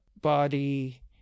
body